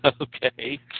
okay